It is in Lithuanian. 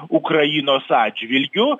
ukrainos atžvilgiu